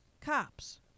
cops